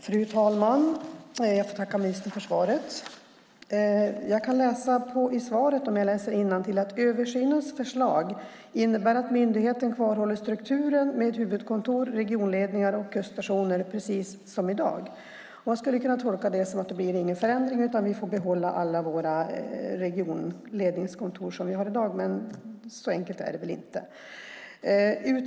Fru talman! Jag får tacka ministern för svaret. I svaret - jag läser innantill - står det: "Översynens förslag innebär att myndigheten kvarhåller strukturen med huvudkontor, regionledningar och kuststationer precis som i dag". Man skulle kunna tolka det som att det inte blir någon förändring utan att vi får behålla alla våra regionledningskontor som vi har i dag, men så enkelt är det väl inte.